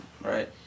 right